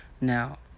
Now